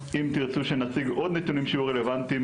אם תרצו שנציג עוד נתונים שיהיו רלוונטיים